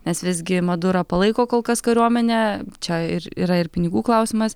nes visgi madurą palaiko kol kas kariuomenė čia ir yra ir pinigų klausimas